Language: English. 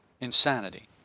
Insanity